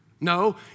No